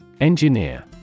Engineer